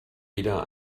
wieder